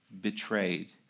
betrayed